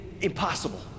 impossible